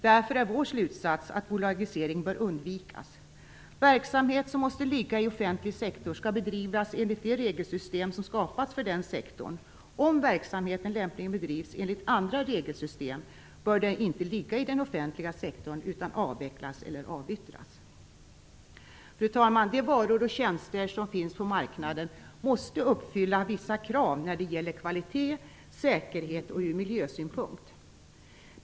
Därför är vår slutsats att bolagisering bör undvikas. Verksamhet som måste ligga i offentlig sektor skall bedrivas enligt det regelsystem som skapats för den sektorn. Om verksamheten lämpligen bedrivs enligt andra regelsystem bör den inte ligga i den offentliga sektorn utan avvecklas eller avyttras. Fru talman! De varor och tjänster som finns på marknaden måste uppfylla vissa krav när det gäller kvalitet, säkerhet och ur miljösynpunkt.